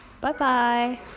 Bye-bye